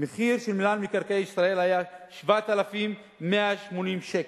המחיר של מינהל מקרקעי ישראל היה 7,180 שקל.